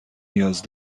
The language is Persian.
نیاز